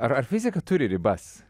ar ar fizika turi ribas